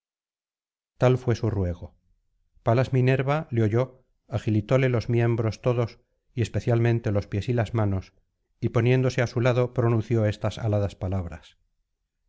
tal fué su ruego palas minerva le oyó agilitóle los miembros todos y especialmente los pies y las manos y poniéndose á su lado pronunció estas aladas palabras